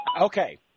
Okay